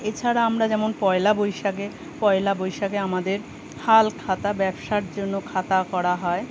এছাড়া আমরা যেমন পয়লা বৈশাখে পয়লা বৈশাখে আমাদের হালখাতা ব্যবসার জন্য খাতা করা হয়